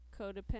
Codependent